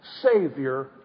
Savior